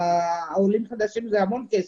עבור העולים החדשים זה המון כסף,